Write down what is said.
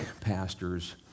pastors